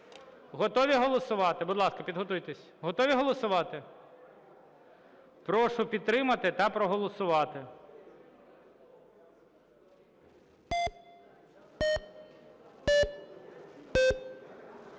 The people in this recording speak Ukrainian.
Готові голосувати? Будь ласка, підготуйтесь. Готові голосувати? Прошу підтримати та проголосувати.